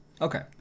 Okay